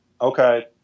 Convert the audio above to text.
okay